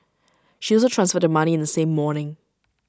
she also transferred the money in the same morning